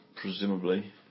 Presumably